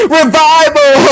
revival